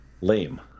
lame